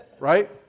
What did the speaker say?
Right